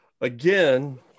Again